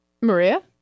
Maria